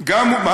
יש להן ביקוש?